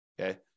okay